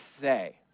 say